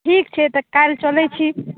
ठीक छै तऽ काल्हि चलैत छी